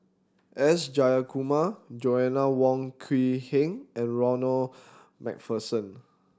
S Jayakumar Joanna Wong Quee Heng and Ronald Macpherson